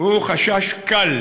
הוא חשש קל,